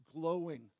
glowing